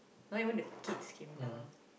not even the kids came down